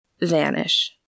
vanish